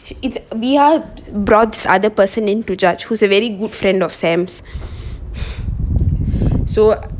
it's we are broad this other person into judge who's a very good friend of sam's so